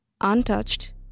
Untouched